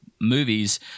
movies